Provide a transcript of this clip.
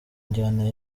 njyana